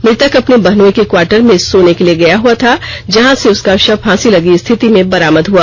मृतक अपने बहनोई के क्वाार्टर में सोने के लिए गया था जहां से उसका शव फांसी लगी स्थिति में बरामद हुआ